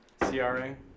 CRA